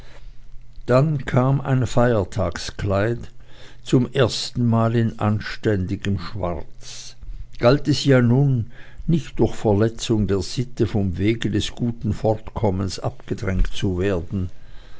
dann kam ein feiertagskleid zum ersten mal in anständigem schwarz galt es ja nun nicht durch verletzung der sitte vom wege des guten fortkommens abgedrängt zu werden